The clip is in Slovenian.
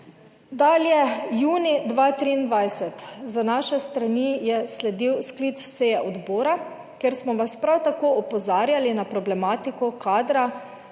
Dalje, junij 2023. Z naše strani je sledil sklic seje odbora, kjer smo vas prav tako opozarjali na problematiko kadra